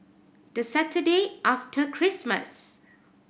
the Saturday after Christmas